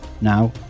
Now